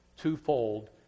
twofold